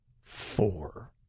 four